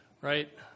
right